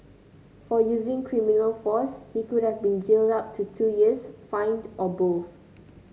for using criminal force he could have been jailed up to two years fined or both